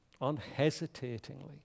unhesitatingly